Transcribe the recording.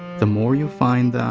the more you find that.